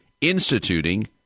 instituting